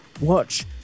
watch